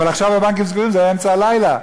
אבל עכשיו הבנקים סגורים, זה היה אמצע הלילה.